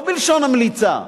לא בלשון המליצה.